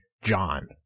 John